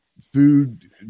food